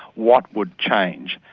what would change?